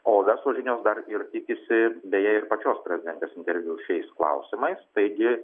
o verslo žinios dar ir tikisi beje ir pačios prezidentės interviu šiais klausimais taigi